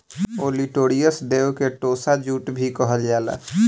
olitorius देव के tossa jute भी कहल जाला